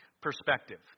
Perspective